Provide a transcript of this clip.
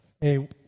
Hey